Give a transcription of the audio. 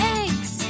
eggs